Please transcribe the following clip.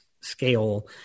scale